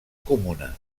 comuna